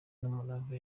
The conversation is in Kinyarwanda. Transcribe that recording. n’umurava